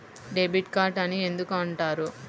Debit card అని ఎందుకు అంటారు?